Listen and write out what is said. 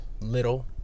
little